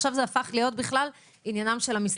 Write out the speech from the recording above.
עכשיו זה הפך להיות בכלל עניינם של המשרדים.